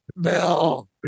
Bill